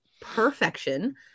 perfection